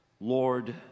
lord